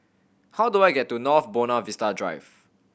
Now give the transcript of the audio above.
how do I get to North Buona Vista Drive